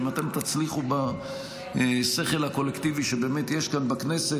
אם אתם תצליחו בשכל הקולקטיבי שבאמת יש כאן בכנסת,